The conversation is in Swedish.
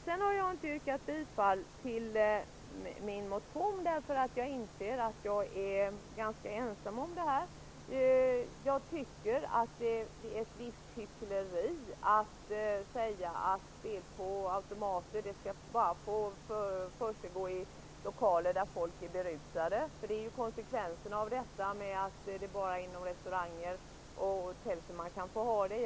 Jag har inte yrkat bifall till min motion, därför att jag inser att jag är ganska ensam om min uppfattning. Jag tycker att det är ett visst hyckleri att säga att spel på automater bara skall få försiggå i lokaler där folk är berusade -- det är ju konsekvensen av att det är bara inom restauranger och hotell som man får ha dem.